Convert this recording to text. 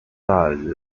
zahlen